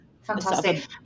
fantastic